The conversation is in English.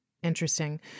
Interesting